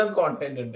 content